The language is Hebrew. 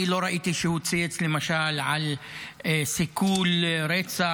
אני לא ראיתי שהוא צייץ למשל על סיכול רצח,